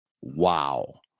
Wow